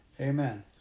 Amen